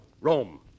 Rome